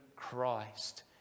Christ